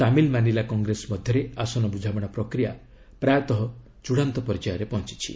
ତାମିଲ ମାନିଲା କଂଗ୍ରେସ ମଧ୍ୟରେ ଆସନ ବୁଝାମଣା ପ୍ରକ୍ରିୟା ପ୍ରାୟତଃ ଚୂଡ଼ାନ୍ତ ପର୍ଯ୍ୟାୟରେ ପହଞ୍ଚିଛି